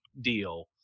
deal